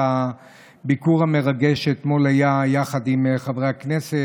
הביקור המרגש שהיה אתמול יחד עם חברי הכנסת,